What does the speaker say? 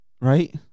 right